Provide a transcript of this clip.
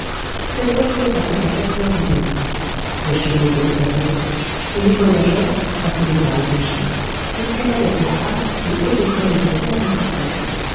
cette voiture partait à quatre heures et demie les chevaux étaient attelés et les voyageurs appelés par le cocher escaladaient en hâte le haut escalier de fer du coucou